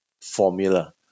formula